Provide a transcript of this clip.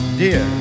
dear